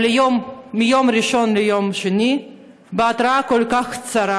מיום ראשון ליום שני בהתראה כל כך קצרה,